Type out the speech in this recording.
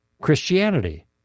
Christianity